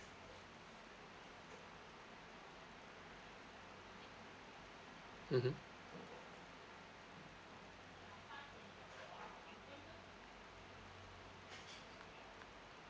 mmhmm